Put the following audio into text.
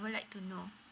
would like to know